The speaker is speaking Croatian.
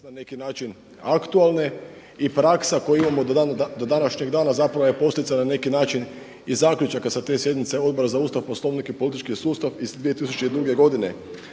na neki način aktualne. I praksa koju imamo do današnjeg dana zapravo je posljedica na neki način i zaključaka sa te sjednice Odbora za Ustav, Poslovnik i politički sustav iz 2002. godine.